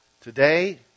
Today